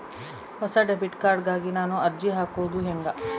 ಹೊಸ debit card ಗಾಗಿ ನಾನು ಅರ್ಜಿ ಹಾಕೊದು ಹೆಂಗ?